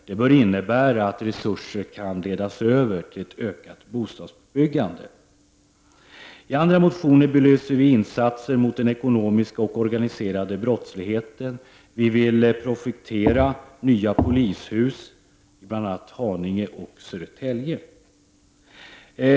Det bör innebära att resurser kan ledas över till ett ökat bostadsbyggande. I andra motioner belyses insatser mot den ekonomiska och organiserade brottsligheten. Vi vill projektera nya polishus i bl.a. Haninge och Södertälje.